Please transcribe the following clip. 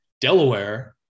Delaware